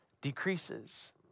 decreases